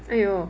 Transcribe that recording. !aiyo!